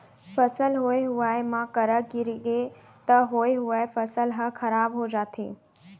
फसल होए हुवाए म करा गिरगे त होए हुवाए फसल ह खराब हो जाथे